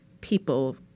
people